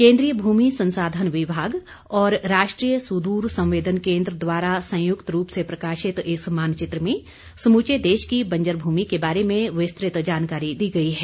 केन्द्रीय भूमि संसाधन विभाग और राष्ट्रीय सुदूर संवेदन केन्द्र द्वारा संयुक्त रूप से प्रकाशित मानचित्र में समूचे देश की बंजर भूमि के बारे में विस्तृत जानकारी दी गई है